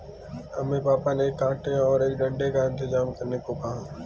हमें पापा ने एक कांटे और एक डंडे का इंतजाम करने को कहा है